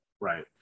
Right